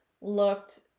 looked